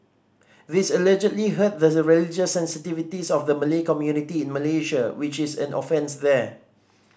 this allegedly hurt the religious sensitivities of the Malay community in Malaysia which is an offence there